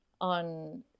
on